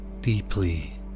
deeply